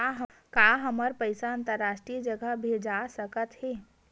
का हमर पईसा अंतरराष्ट्रीय जगह भेजा सकत हे?